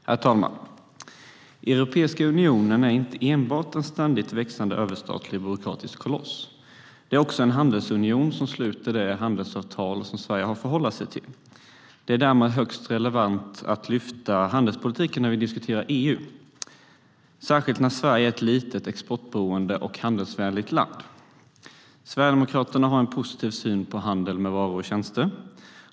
Herr talman! Europeiska unionen är inte enbart en ständigt växande överstatlig byråkratisk koloss. Det är också en handelsunion som sluter de handelsavtal Sverige har att förhålla sig till. Det är därmed högst relevant att lyfta handelspolitiken när vi diskuterar EU, särskilt eftersom Sverige är ett litet, exportberoende och handelsvänligt land. Sverigedemokraterna har en positiv syn på handel med varor och tjänster.